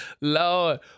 Lord